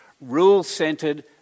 rule-centred